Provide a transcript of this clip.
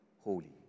holy